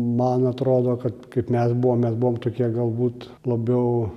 man atrodo kad kaip mes buvom mes buvom tokie galbūt labiau